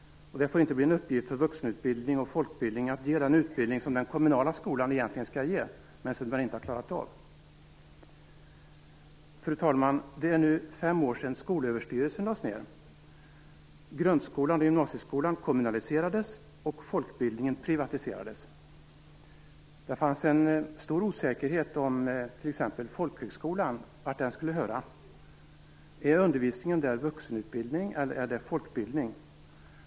Det får inte bli en uppgift för vuxenutbildning och folkbildning att ge den utbildning som den kommunala skolan egentligen skall ge, men inte har klarat av. Fru talman! Det är nu fem år sedan Skolöverstyrelsen lades ned. Grundskolan och gymnasieskolan kommunaliserades och folkbildningen privatiserades. Det rådde stor osäkerhet om t.ex. folkhögskolan, och till vad den skulle höra. Är undervisningen där vuxenutbildning eller folkbildning?